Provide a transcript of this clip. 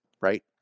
Right